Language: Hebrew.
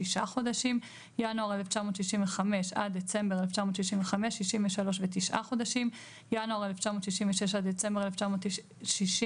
חודשים ינואר 1965 עד דצמבר 1965 63 ו-9 חודשים ינואר 1966 עד דצמבר